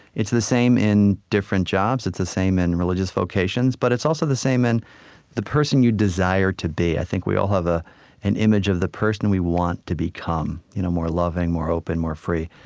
it's the same in different jobs. it's the same in religious vocations. but it's also the same in the person you desire to be. i think we all have ah an image of the person we want to become you know more loving, more open, more free.